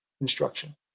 instruction